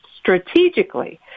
strategically